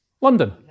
London